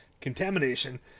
Contamination